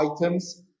items